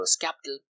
Capital